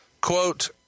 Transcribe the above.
Quote